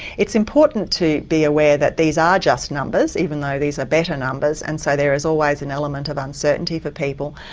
it's important to be aware that these are just numbers, even though these are better numbers, and so there is always an element of uncertainty for people.